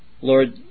Lord